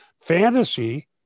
fantasy